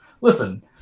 Listen